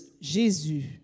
Jésus